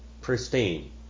pristine